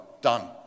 Done